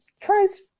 tries